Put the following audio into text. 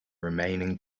remaining